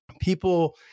People